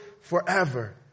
forever